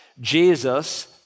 Jesus